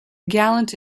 gallant